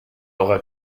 eurer